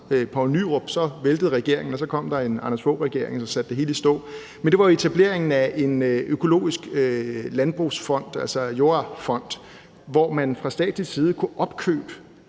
men så væltede regeringen, og så kom Anders Fogh Rasmussens regering og satte det hele i stå – er etableringen af en økologisk landbrugsfond, altså en jordfond, hvor man fra statslig side kan opkøbe